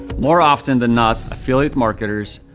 more often than not, affiliate marketers,